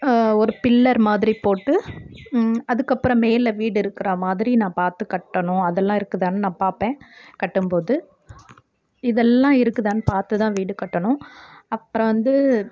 ஒரு பில்லர் மாதிரி போட்டு அதுக்கப்புறம் மேலே வீடு இருக்கிறா மாதிரி நான் பார்த்து கட்டணும் அதெல்லாம் இருக்குதான்னு நான் பார்ப்பேன் கட்டும் போது இதெல்லாம் இருக்குதான்னு பார்த்து தான் வீடு கட்டணும் அப்புறம் வந்து